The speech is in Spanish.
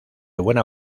buena